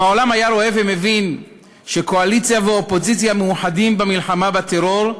אם העולם היה רואה ומבין שקואליציה ואופוזיציה מאוחדות במלחמה בטרור,